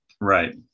Right